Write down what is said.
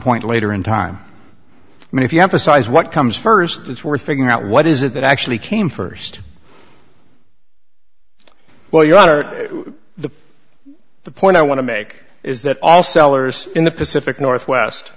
point later in time if you have a size what comes first it's worth figuring out what is it that actually came first well you are the the point i want to make is that all sellers in the pacific northwest